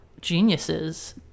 geniuses